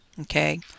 okay